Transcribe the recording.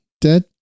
Dead